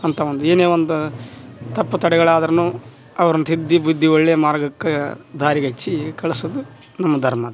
ಅಂಥಾ ಒಂದು ಏನೇ ಒಂದು ತಪ್ಪು ತಡೆಗಳಾದರೂನು ಅವ್ರನ್ನ ತಿದ್ದಿ ಬುದ್ಧಿ ಒಳ್ಳೆಯ ಮಾರ್ಗಕ್ಕೆ ದಾರಿಗಚ್ಚಿ ಕಳ್ಸೋದು ನಮ್ಮ ಧರ್ಮ ಅದ